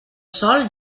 sol